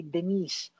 Denise